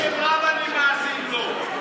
בקשב רב אני מאזין לו.